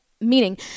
meaning